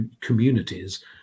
communities